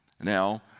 Now